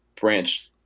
branch